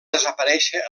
desaparèixer